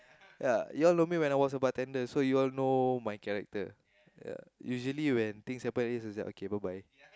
ya you all know me when I was a bartender so you all know my character yeah usually when things happen she's like okay bye bye